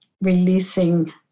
releasing